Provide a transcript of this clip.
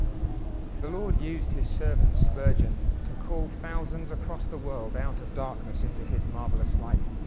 the lord used his servant spurgeon to call thousands across the world out of darkness into his marvelous light.